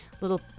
Little